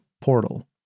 portal